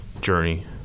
journey